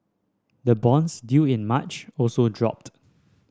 the bonds due in March also dropped